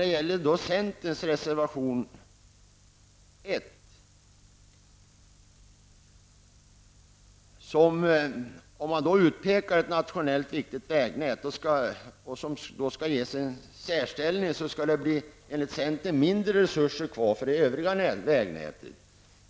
Det är inte så som centern säger i sin reservation 1, att om man utpekar ett nationellt viktigt vägnät som ges en särställning, så blir det mindre resurser över för det övriga vägnätet.